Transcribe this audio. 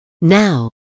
Now